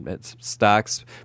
stocks